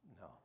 No